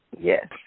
Yes